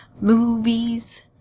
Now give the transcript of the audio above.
Movies